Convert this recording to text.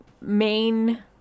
main